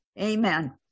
Amen